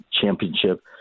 Championship